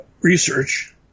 research